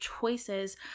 choices